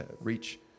reach